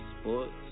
sports